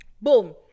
boom